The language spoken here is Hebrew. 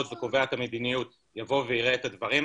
וקובע את המדיניות יבוא ויראה את הדברים,